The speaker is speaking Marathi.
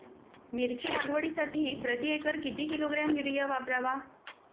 मिरची लागवडीसाठी प्रति एकर किती किलोग्रॅम युरिया वापरावा?